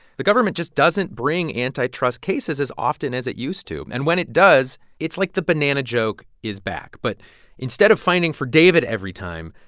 the government just doesn't bring antitrust cases as often as it used to. and when it does, it's like the banana joke is back. but instead of finding for david every time,